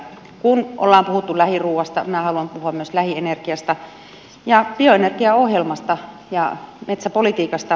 kun on puhuttu lähiruoasta minä haluan puhua myös lähienergiasta bioenergiaohjelmasta ja metsäpolitiikasta